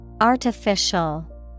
Artificial